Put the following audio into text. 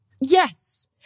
Yes